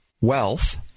Wealth